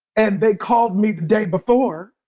and they called me the day before.